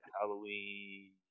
Halloween